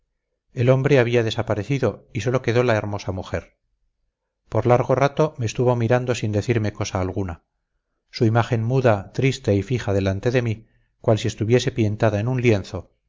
el hombre había desaparecido y sólo quedó la hermosa mujer por largo rato me estuvo mirando sin decirme cosa alguna su imagen muda triste y fija delante de mí cual si estuviese pintada en un lienzo